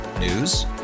News